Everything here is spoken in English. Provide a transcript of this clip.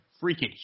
freaking